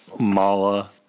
Mala